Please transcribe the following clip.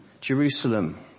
Jerusalem